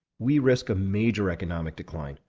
we risk a major economic decline,